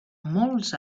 molts